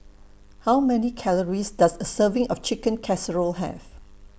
How Many Calories Does A Serving of Chicken Casserole Have